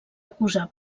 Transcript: acusar